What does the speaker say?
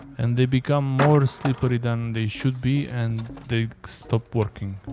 and they become more slippery than they should be and they stopped working.